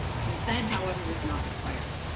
consent, however, is not required.